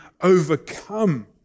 overcome